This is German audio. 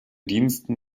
diensten